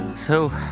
so